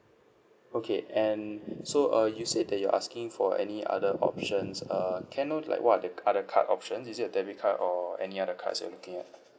okay and so uh you said that you're asking for any other options uh can I know like what are the other card option is it a debit card or any other cards you are looking at